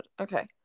Okay